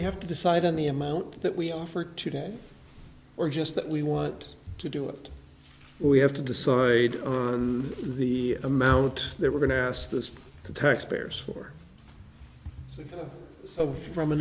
have to decide on the amount that we offer today or just that we want to do it we have to decide on the amount they were going to ask the taxpayers for of from a